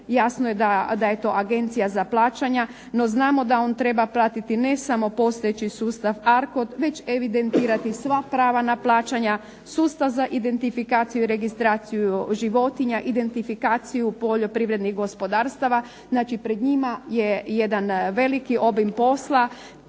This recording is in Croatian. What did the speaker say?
Jasno je da je to Agencija za plaćanje. No znamo da on treba platiti ne samo postojeći sustav Arcod već evidentirati sva prava na plaćanja, sustav za identifikaciju i registraciju životinja, identifikaciju poljoprivrednih gospodarstava, pred njima je jedan veliki obim posla.